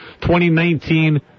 2019